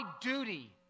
duty